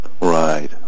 Right